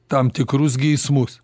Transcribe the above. tam tikrus geismus